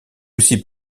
aussi